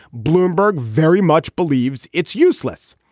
bloomberg very much believes it's useless.